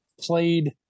played